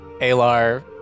Alar